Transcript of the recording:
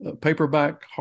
paperback